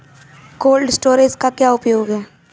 Cold storage का क्या उपयोग है?